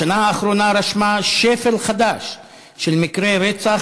השנה האחרונה רשמה שפל חדש של מקרי רצח,